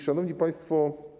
Szanowni Państwo!